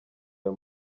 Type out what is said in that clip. ayo